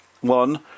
One